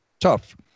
tough